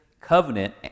covenant